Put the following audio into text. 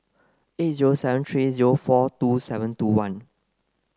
eight zero seven three zero four two seven two one